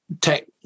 tech